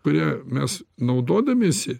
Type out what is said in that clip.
kuria mes naudodamiesi